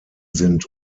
sind